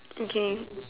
okay